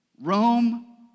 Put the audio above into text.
Rome